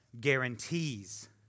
guarantees